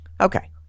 Okay